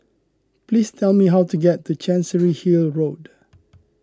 please tell me how to get to Chancery Hill Road